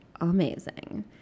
amazing